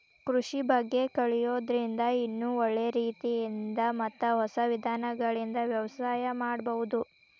ಕೃಷಿ ಬಗ್ಗೆ ಕಲಿಯೋದ್ರಿಂದ ಇನ್ನೂ ಒಳ್ಳೆ ರೇತಿಯಿಂದ ಮತ್ತ ಹೊಸ ವಿಧಾನಗಳಿಂದ ವ್ಯವಸಾಯ ಮಾಡ್ಬಹುದು